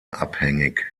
abhängig